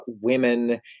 women